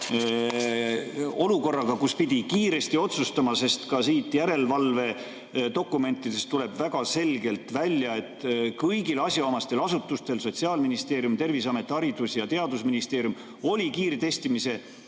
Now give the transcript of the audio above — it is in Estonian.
olukorraga, kus pidi kiiresti otsustama, sest ka siit järelevalvedokumentidest tuleb väga selgelt välja, et kõigil asjaomastel asutustel – Sotsiaalministeeriumil, Terviseametil, Haridus‑ ja Teadusministeeriumil – oli kiirtestimise vajadus